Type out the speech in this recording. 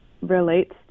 relates